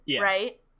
right